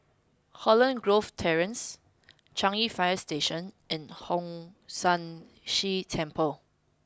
Holland Grove Terrace Changi Fire Station and Hong San See Temple